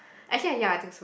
actually yeah I think so